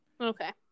Okay